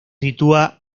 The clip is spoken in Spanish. sitúa